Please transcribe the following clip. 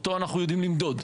אותו אנחנו יודעים למדוד.